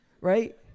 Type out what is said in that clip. right